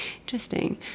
interesting